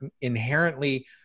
inherently